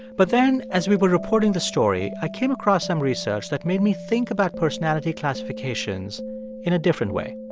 but then as we were reporting the story, i came across some research that made me think about personality classifications in a different way.